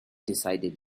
decided